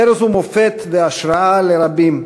ארז הוא מופת והשראה לרבים,